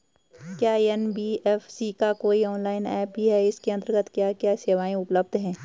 क्या एन.बी.एफ.सी का कोई ऑनलाइन ऐप भी है इसके अन्तर्गत क्या क्या सेवाएँ उपलब्ध हैं?